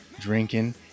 drinking